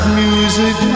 music